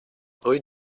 rue